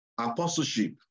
Apostleship